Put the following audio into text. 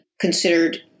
considered